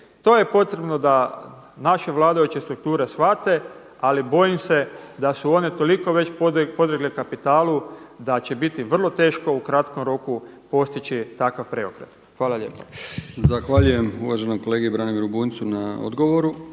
To je potrebno da naše vladajuće strukture shvate, ali bojim se da su one toliko već podlegle kapitalu, da će biti vrlo teško u kratkom roku postići takav preokret. Hvala lijepa.